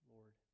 Lord